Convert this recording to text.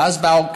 ואז באו,